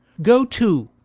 go too,